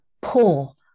pull